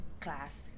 class